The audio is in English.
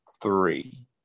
three